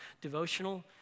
devotional